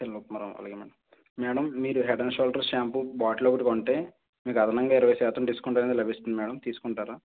తెల్ల ఉప్మా రవ్వ అలాగే మ్యాడమ్ మ్యాడమ్ మీరు head and shoulders shampoo bottle ఒకటి కొంటే మీకు అదనంగా ఇరవై శాతం డిస్కౌంట్ అనేది లభిస్తుంది మ్యాడమ్